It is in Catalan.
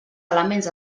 elements